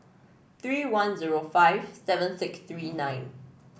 three one zero five seven six three nine